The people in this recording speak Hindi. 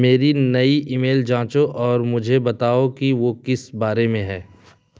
मेरी नई ईमेल जाँचो और मुझे बताओ कि वह किस बारे में हैं